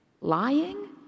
lying